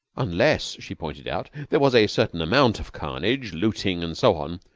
unless, she pointed out, there was a certain amount of carnage, looting, and so on,